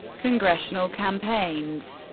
congressional campaigns